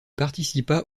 participa